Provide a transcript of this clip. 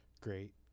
great